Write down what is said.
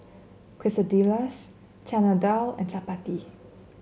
Quesadillas Chana Dal and Chapati